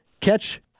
catch